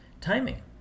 timing